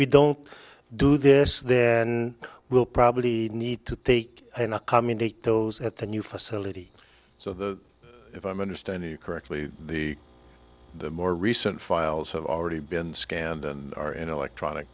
we don't do this then we'll probably need to take in a commune date those at the new facility so the if i'm understanding you correctly the more recent files have already been scanned and are in electronic